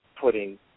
putting